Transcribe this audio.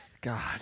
God